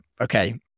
okay